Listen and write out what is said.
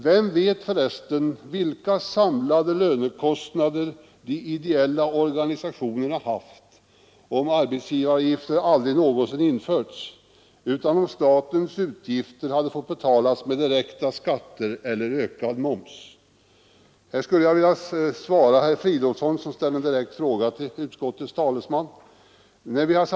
Vem vet för resten vilka samlade lönekostnader de ideella organisationerna hade haft, om arbetsgivaravgifter ej varit införda alls utan "statens utgifter hade fått betalas med direkta skatter eller ökad moms. Herr Fridolfsson ställde en direkt fråga till utskottets talesman och jag vill besvara den.